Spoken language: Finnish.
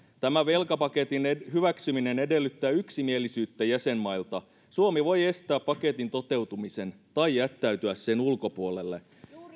tämän velkapaketin hyväksyminen edellyttää yksimielisyyttä jäsenmailta suomi voi estää paketin toteutumisen tai jättäytyä sen ulkopuolelle